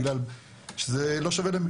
בגלל שזה לא שווה להם.